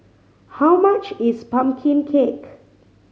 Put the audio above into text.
how much is pumpkin cake